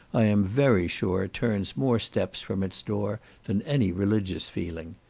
i am very sure turns more steps from its door than any religious feeling.